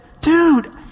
dude